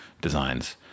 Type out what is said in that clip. designs